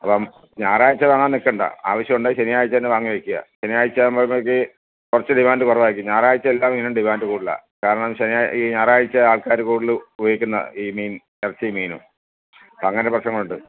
അപ്പം ഞായറാഴ്ച്ച വാങ്ങാൻ നിൽക്കേണ്ട ആവശ്യം ഉണ്ടെങ്കിൽ ശനിയാഴ്ച തന്നെ വാങ്ങി വയ്ക്കുക ശനിയാഴ്ച ആവുമ്പോൾ നമുക്ക് കുറച്ച് ഡിമാൻഡ് കുറവായിരിക്കും ഞായറാഴ്ച എല്ലാ മീനും ഡിമാൻഡ് കൂടുതലാണ് കാരണമെന്ന് വെച്ച് കഴിഞ്ഞാൽ ഈ ഞായറാഴ്ച്ച ആൾക്കാർ കൂടുതലും ഉപയോഗിക്കുന്നത് ഈ മീൻ ഇറച്ചിയും മീനും അപ്പം അങ്ങനെ പ്രശ്നങ്ങളുണ്ട്